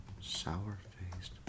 sour-faced